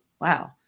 Wow